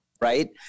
right